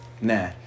Nah